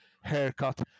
haircut